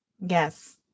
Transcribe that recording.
Yes